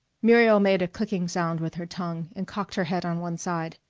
muriel made a clicking sound with her tongue and cocked her head on one side.